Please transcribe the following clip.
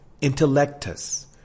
intellectus